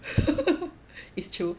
it's true